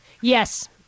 Yes